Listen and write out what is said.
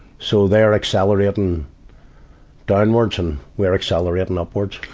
so, they're accelerating downwards and we're accelerating upwards.